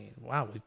Wow